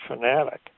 fanatic